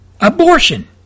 abortion